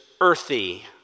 earthy